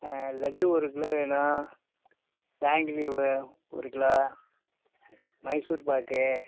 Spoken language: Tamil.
ஆ லட்டு ஒரு கிலோ வேணும் ஜாங்கிரி ஒரு கிலோ மைசூர்பாக்கு